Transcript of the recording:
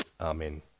Amen